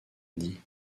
dit